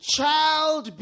Child